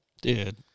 dude